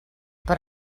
per